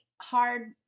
hard